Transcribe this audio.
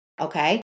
okay